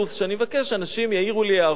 שאני מבקש שאנשים יעירו לי הערות